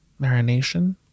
marination